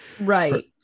Right